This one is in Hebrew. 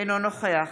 אינו נוכח